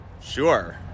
Sure